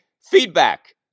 feedback